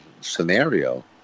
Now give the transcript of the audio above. scenario